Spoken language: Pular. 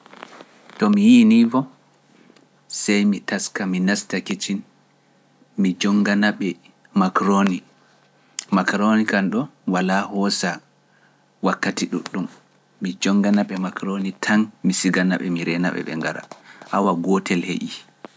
To mi yiini fo, sey mi taska, mi nasta kicin, mi jongana ɓe makaroni, makaroni kam ɗo walaa hosa, wakkati ɗum, mi jongana ɓe makaroni tan mi sigana ɓe, mi reena ɓe, ɓe ngara, awa gootel heƴi.